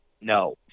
no